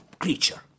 creature